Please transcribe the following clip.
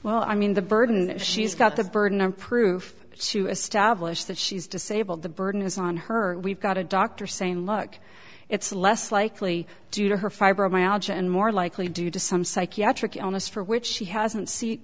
well i mean the burden she's got the burden of proof to establish that she's disabled the burden is on her we've got a doctor saying look it's less likely due to her fibromyalgia and more likely due to some psychiatric illness for which she hasn't se